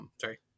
Sorry